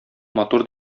матур